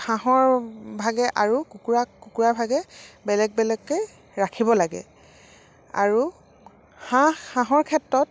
হাঁহৰ ভাগে আৰু কুকুৰাক কুকুৰাৰ ভাগে বেলেগ বেলেগকৈ ৰাখিব লাগে আৰু হাঁহ হাঁহৰ ক্ষেত্ৰত